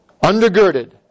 undergirded